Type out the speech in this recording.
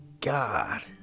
God